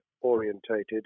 orientated